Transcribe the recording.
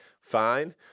fine